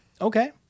okay